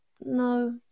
No